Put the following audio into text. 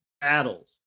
battles